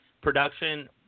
production